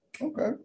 Okay